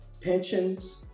pensions